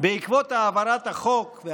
בעקבות העברת החוק,